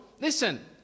Listen